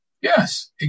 Yes